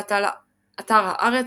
באתר הארץ,